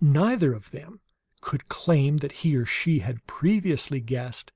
neither of them could claim that he or she had previously guessed